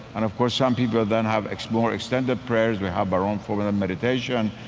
and of course, some people then have more extended prayers. we have our own form and of meditation,